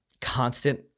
constant